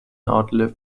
outlive